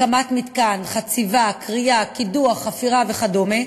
הקמת מתקן, חציבה, כרייה, קידוח, חפירה וכדומה,